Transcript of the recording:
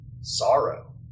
sorrow